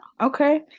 okay